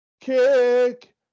kick